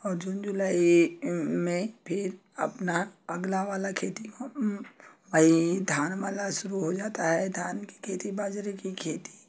और जून जुलाई में फिर अपना अगला वाला खेती ह आ ई धान वाला शुरू हो जाता है धान की खेती बाजारे की खेती